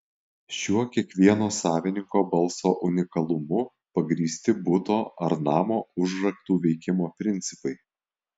šiuo kiekvieno savininko balso unikalumu pagrįsti buto ar namo užraktų veikimo principai